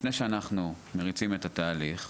לפני שאנחנו מריצים את התהליך,